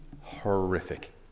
horrific